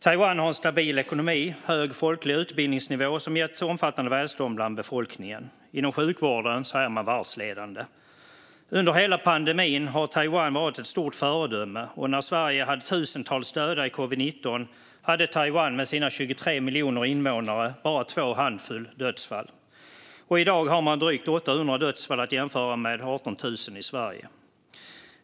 Taiwan har en stabil ekonomi och hög folklig utbildningsnivå, som har gett omfattande välstånd bland befolkningen. Inom sjukvården är man världsledande. Under hela pandemin har Taiwan varit ett stort föredöme. När Sverige hade tusentals döda i covid-19 hade Taiwan med sina 23 miljoner invånare bara någon handfull dödsfall. I dag har man haft drygt 800 dödsfall, att jämföra med 18 000 i Sverige.